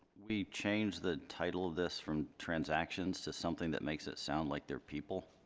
we change the title of this from transactions to something that makes it sound like they're people?